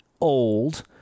old